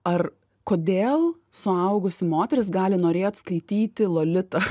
ar kodėl suaugusi moteris gali norėt skaityti lolitą